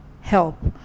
help